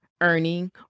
earning